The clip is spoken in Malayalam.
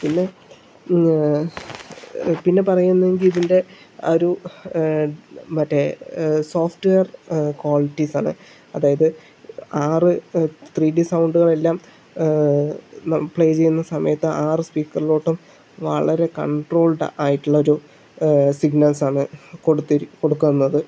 പിന്നെ പിന്നെ പറയുന്നെങ്കിൽ ഇതിൻ്റെ ആ ഒരു മറ്റേ സോഫ്റ്റ്വെയർ ക്വാളിറ്റീസ് ആണ് അതായത് ആറ് ത്രീഡി സൗണ്ടുകളെല്ലാം പ്ലേ ചെയ്യുന്ന സമയത്ത് ആറ് സ്പീക്കറിലോട്ടും വളരെ കൺട്രോൾഡ് ആയിട്ടുള്ളൊരു സിഗ്നൽസാണ് കൊടുക്കുന്നത്